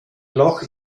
loch